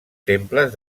temples